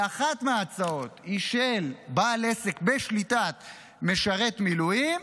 ואחת מההצעות היא של בעל עסק בשליטת משרת מילואים,